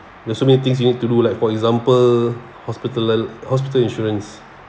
there's so many things you need to do like for example hospitali~ hospital insurance